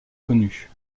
connue